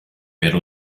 per